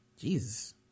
Jesus